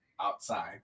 outside